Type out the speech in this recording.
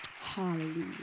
hallelujah